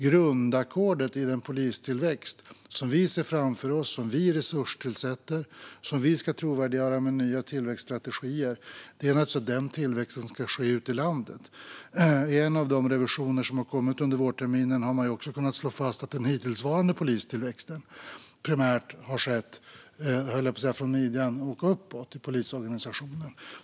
Grundackordet i den polistillväxt som vi ser framför oss, som vi resurssätter och som vi ska trovärdiggöra med nya tillväxtstrategier är att tillväxten ska ske ute i landet. I en av de revisioner som har gjorts under vårterminen har man också kunnat slå fast att den hittillsvarande polistillväxten primärt har skett från midjan och uppåt i polisorganisationen.